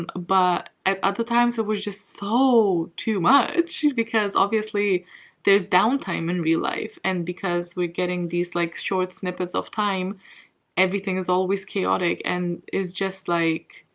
and but at other times, it was just so too much. because obviously there's downtime in real life and because we're getting these like short snippets of time everything is always chaotic and it's just like